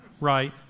Right